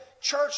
church